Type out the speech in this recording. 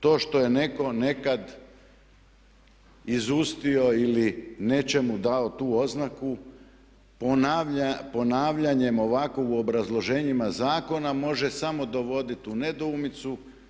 To što je netko nekad izustio ili nečemu dao tu oznaku ponavljanjem ovakvo u obrazloženjima zakona može samo dovoditi u nedoumicu.